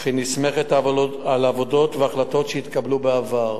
אך היא נסמכת על עבודות והחלטות שהתקבלו בעבר: